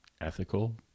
ethical